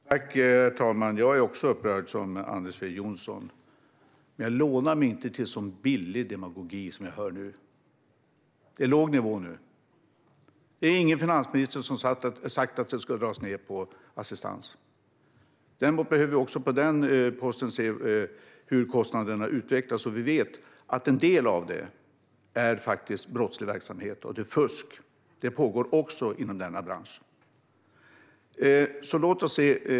Herr talman! Jag är också upprörd, precis som Anders W Jonsson. Men jag lånar mig inte till sådan billig demagogi som jag hör nu. Det är en låg nivå nu. Ingen finansminister har sagt att assistansen ska dras ned. Däremot behöver vi också på den posten se hur kostnaderna utvecklas, och vi vet att en del av det faktiskt är brottslig verksamhet och fusk. Det pågår också inom denna bransch.